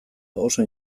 oso